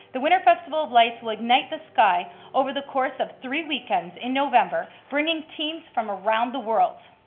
the winter festival of lights will ignite the sky over the course of three weekends in november, bringing teams from around the world.